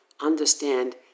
understand